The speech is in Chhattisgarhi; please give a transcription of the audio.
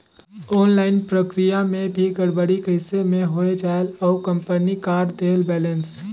ऑनलाइन प्रक्रिया मे भी गड़बड़ी कइसे मे हो जायेल और कंपनी काट देहेल बैलेंस?